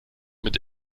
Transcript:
mit